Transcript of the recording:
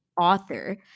author